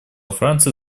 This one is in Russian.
франции